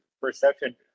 perception